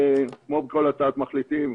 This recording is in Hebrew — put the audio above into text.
כמו בכל הצעת מחליטים,